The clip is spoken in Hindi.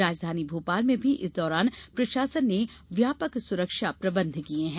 राजधानी भोपाल में भी इस दौरान प्रशासन ने व्यापक सुरक्षा प्रबंध किए हैं